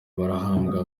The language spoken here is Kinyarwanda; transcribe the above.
barahabwa